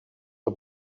the